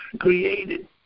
created